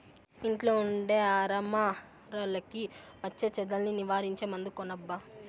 ఇంట్లో ఉండే అరమరలకి వచ్చే చెదల్ని నివారించే మందు కొనబ్బా